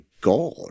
God